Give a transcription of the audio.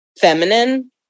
feminine